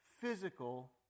physical